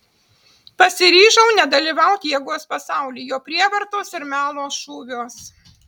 pasiryžau nedalyvaut jėgos pasauly jo prievartos ir melo šūviuos